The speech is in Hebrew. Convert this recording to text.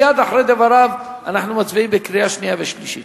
מייד אחרי דבריו אנחנו מצביעים בקריאה שנייה ושלישית.